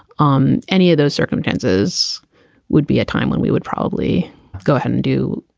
um any of those circumstances would be a time when we would. probably go ahead and do